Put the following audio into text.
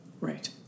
Right